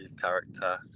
character